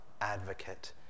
advocate